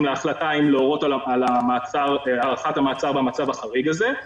להחלטה אם להורות על הארכת המעצר במצב החריג הזה.